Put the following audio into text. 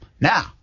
Now